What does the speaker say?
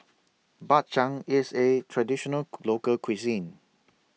Bak Chang IS A Traditional Local Cuisine